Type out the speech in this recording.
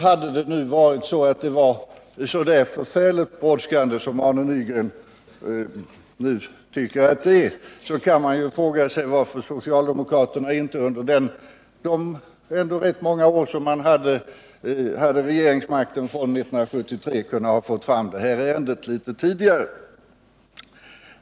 Hade det varit så förfärligt brådskande som Arne Nygren nu tycker att det är, kan man ju fråga — Nr 48 varför socialdemokraterna inte har kunnat få fram ärendet litet tidigare — de hade ändå regeringsmakten under rätt många år, även efter 1973.